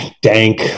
dank